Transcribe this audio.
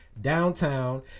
downtown